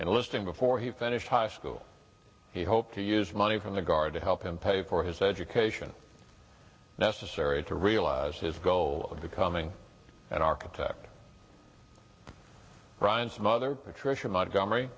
enlisting before he finished high school he hoped to use money from the guard to help him pay for his education necessary to realize his goal of becoming an architect ryan's mother patricia montgomery